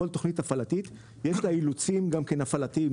לכל תכנית הפעלתית יש אילוצים הפעלתיים,